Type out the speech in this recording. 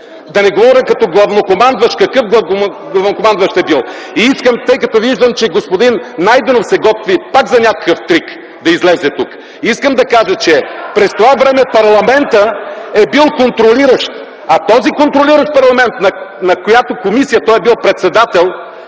Да не говоря като главнокомандващ какъв главнокомандващ е бил. Тъй като виждам, че господин Найденов се готви пак за някакъв трик да излезе тук, искам да кажа, че през това време парламентът е бил контролиращ. А този контролиращ парламент, на която комисия той е бил председател